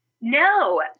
no